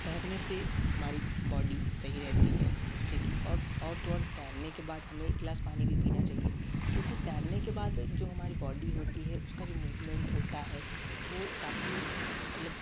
तैरने से हमारी बॉडी सही रहती है जिससे कि और और तो और तैरने के बाद हमें एक गिलास पानी भी पीना चाहिए क्योंकि तैरने के बाद जो जो हमारी बॉडी होती है उसका जो मूवमेंट होता है वो काफ़ी मतलब